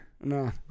No